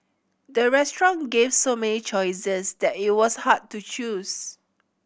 the restaurant gave so many choices that it was hard to choose